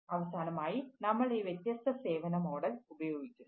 അതിനാൽ അവസാനമായി നമ്മൾ ഈ വ്യത്യസ്ത സേവന മോഡൽ ഉപയോഗിക്കുന്നു